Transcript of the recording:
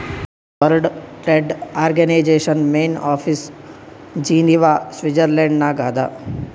world trade organisation main office Geneva Switzerland ನಾಗ್ ಅದಾ